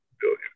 billion